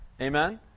Amen